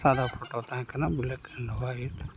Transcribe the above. ᱥᱟᱫᱟ ᱯᱷᱳᱴᱳ ᱛᱟᱦᱮᱸ ᱠᱟᱱᱟ ᱵᱞᱮᱠ ᱮᱱᱰ ᱦᱳᱣᱟᱭᱤᱴ